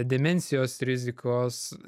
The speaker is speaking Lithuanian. demencijos rizikos